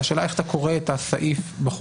והשאלה היא איך אתה קורא את הסעיף בחוק.